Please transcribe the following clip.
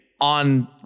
on